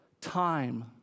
time